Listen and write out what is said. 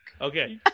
Okay